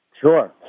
Sure